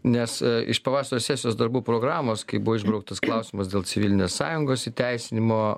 nes iš pavasario sesijos darbų programos kai buvo išbrauktas klausimas dėl civilinės sąjungos įteisinimo